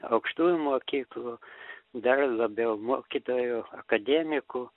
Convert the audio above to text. aukštųjų mokyklų dar labiau mokytoju akademiku